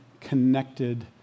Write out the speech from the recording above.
connected